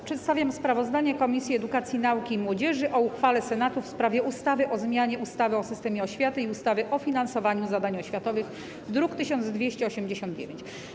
Przedstawiam sprawozdanie Komisji Edukacji, Nauki i Młodzieży dotyczące uchwały Senatu w sprawie ustawy o zmianie ustawy o systemie oświaty i ustawy o finansowaniu zadań oświatowych, druk nr 1289.